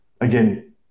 again